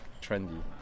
trendy